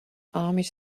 armies